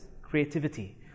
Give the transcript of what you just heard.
Creativity